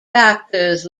factors